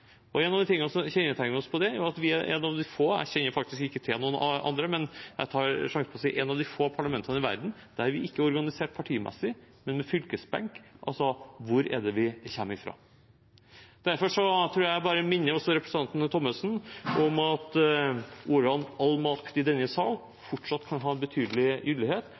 det, er at vi er et av de få parlamentene i verden – jeg kjenner faktisk ikke til noen andre, så jeg tar sjansen på å si det – som ikke er organisert partimessig, men med fylkesbenk, altså etter hvor vi kommer fra. Derfor tror jeg bare jeg vil minne representanten Thommessen om hvordan all makt i denne sal fortsatt kan ha en betydelig